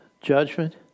judgment